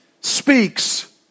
speaks